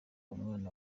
umwana